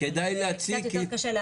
זה קצת יותר קשה.